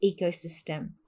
ecosystem